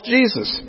Jesus